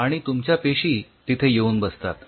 आणि तुमच्या पेशी तिथे येऊन बसतात